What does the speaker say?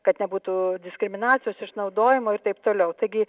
kad nebūtų diskriminacijos išnaudojimo ir taip toliau taigi